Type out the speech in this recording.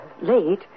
late